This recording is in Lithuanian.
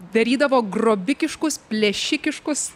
darydavo grobikiškus plėšikiškus